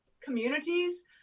communities